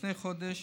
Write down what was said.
לפני חודש